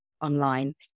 online